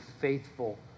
faithful